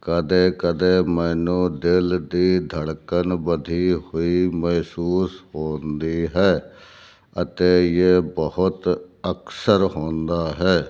ਕਦੇ ਕਦੇ ਮੈਨੂੰ ਦਿਲ ਦੀ ਧੜਕਣ ਵਧੀ ਹੋਈ ਮਹਿਸੂਸ ਹੁੰਦੀ ਹੈ ਅਤੇ ਇਹ ਬਹੁਤ ਅਕਸਰ ਹੁੰਦਾ ਹੈ